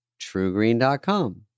TrueGreen.com